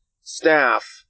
staff